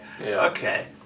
Okay